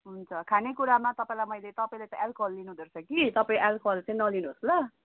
हुन्छ खानेकुरामा तपाईँलाई मैले तपाईँले एल्कोहल लिनुहुँदो रहेछ कि तपाईँ एल्कोहल चाहिँ नलिनु होस् ल